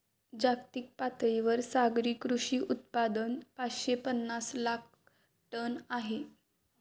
जागतिक पातळीवर सागरी कृषी उत्पादन पाचशे पनास लाख टन आहे